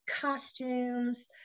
costumes